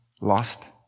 lost